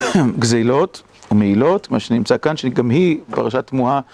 גזילות ומעילות, מה שנמצא כאן, שגם היא פרשה תמוהה.